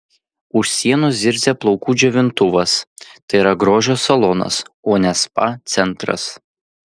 už sienos zirzia plaukų džiovintuvas tai yra grožio salonas o ne spa centras